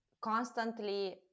constantly